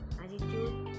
attitude